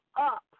up